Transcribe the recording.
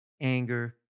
anger